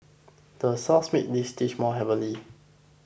the sauce makes this dish more heavenly